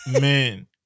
man